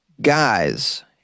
guys